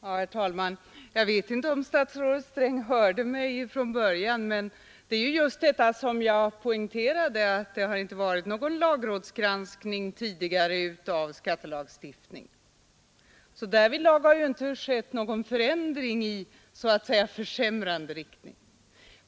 Herr talman! Jag vet inte om statsrådet Sträng hörde mitt anförande från början. Jag poängterade just att det tidigare inte förekommit någon lagrådsgranskning av skattelagstiftning. Det har alltså inte skett någon förändring i försämrande riktning.